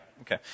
okay